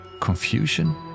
Confusion